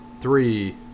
three